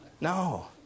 No